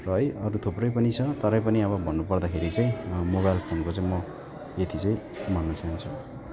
है अरू थुप्रै पनि छ तरै पनि अब भन्नु पर्दाखेरि चाहिँ मोबाइल फोनको चाहिँ म यति चाहिँ भन्न चाहन्छु